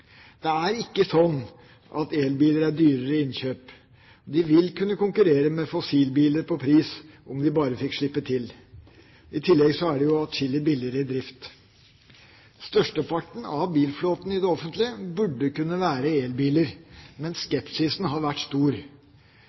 Det er ikke slik at elbiler er dyrere i innkjøp. De vil kunne konkurrere med fossilbiler på pris om de bare får slippe til. I tillegg er de atskillig billigere i drift. Størsteparten av bilflåten i det offentlige burde kunne være elbiler, men skepsisen har vært stor.